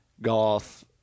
golf